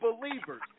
believers